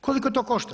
Koliko to košta?